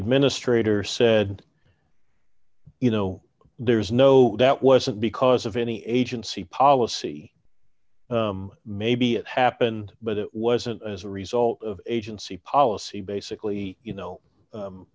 administrator said you know there's no that wasn't because of any agency policy maybe it happened but it wasn't as a result of agency policy basically you know